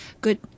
good